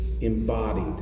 embodied